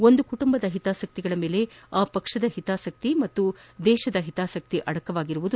ಒಂದು ಕುಟುಂಬದ ಹಿತಾಸಕ್ತಿಗಳ ಮೇಲೆ ಆ ಪಕ್ಷದ ಹಿತಾಸಕ್ತಿ ಹಾಗೂ ದೇಶದ ಹಿತಾಸಕ್ತಿ ಅಡಕವಾಗಿದ್ಲು